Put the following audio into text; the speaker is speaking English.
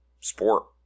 sport